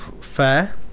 fair